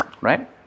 right